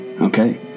Okay